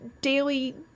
daily